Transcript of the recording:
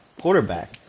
quarterback